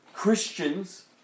Christians